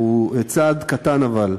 והוא צעד קטן, אבל,